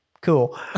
Cool